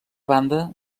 banda